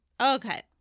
Okay